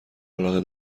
علاقه